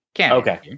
Okay